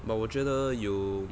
but 我觉得有